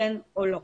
כן או לא.